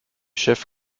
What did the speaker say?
chef